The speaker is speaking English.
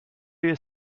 you